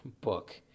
book